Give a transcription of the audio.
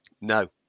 No